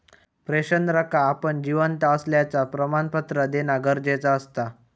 पेंशनरका आपण जिवंत असल्याचा प्रमाणपत्र देना गरजेचा असता